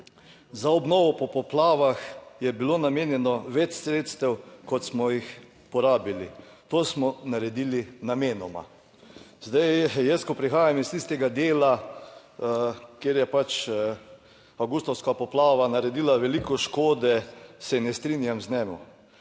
za obnovo po poplavah je bilo namenjeno več sredstev kot smo jih porabili; to smo naredili namenoma. Zdaj jaz ko prihajam iz tistega dela, kjer je pač avgustovska poplava naredila veliko škode, se ne strinjam z njem.